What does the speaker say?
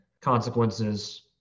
consequences